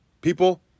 people